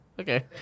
Okay